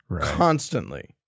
constantly